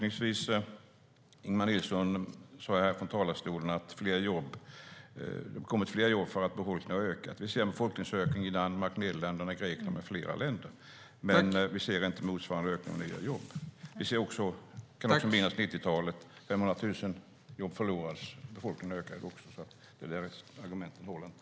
Ingemar Nilsson sade från talarstolen att det har kommit fler jobb för att befolkningen har ökat. Vi ser en befolkningsökning i Danmark, Nederländerna, Grekland med flera länder. Men vi ser inte motsvarande ökning av nya jobb. Under 90-talet ökade också befolkningen men 500 000 jobb förlorades. Det argumentet håller alltså inte.